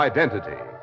Identity